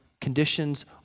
conditions